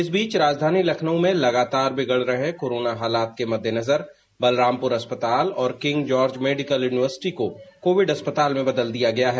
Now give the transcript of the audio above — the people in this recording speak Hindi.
इस बीच राजधानी लखनऊ में लगातार बिगड़ रहे कोरोना हालात के मद्देनजर बलरामपुर अस्पताल और किंग जॉर्ज मेडिकल यूनिवर्सिटी को कोविड अस्पताल में बदल दिया गया है